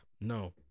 no